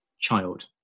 child